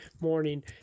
morning